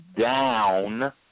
down